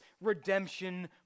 redemption